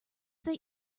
that